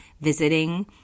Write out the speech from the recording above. visiting